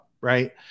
right